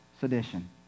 sedition